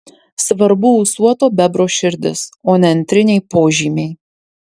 svarbu ūsuoto bebro širdis o ne antriniai požymiai